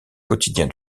quotidien